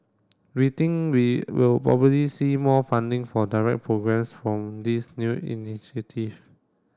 we think we will probably see more funding for direct programmes from this new initiative